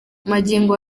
magingo